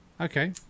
okay